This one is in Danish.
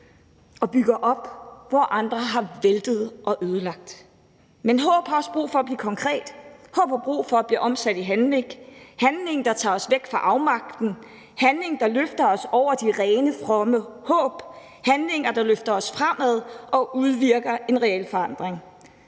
og bygger op, hvor andre har væltet og ødelagt. Men håb har også brug for at blive konkret; håb har brug for at blive omsat i handling – handling, der tager os væk fra afmagten, handling, der løfter os over det fromme håb, handling, der løfter os fremad og udvirker en reel forandring.